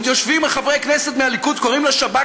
יושבים חברי כנסת מהליכוד וקוראים לשב"כ